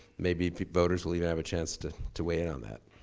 maybe voters will even have a chance to to weigh in on that.